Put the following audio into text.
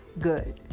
good